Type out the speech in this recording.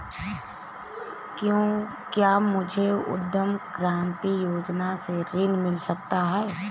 क्या मुझे उद्यम क्रांति योजना से ऋण मिल सकता है?